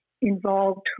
involved